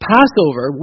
Passover